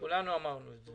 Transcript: כולנו אמרנו את זה.